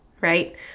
right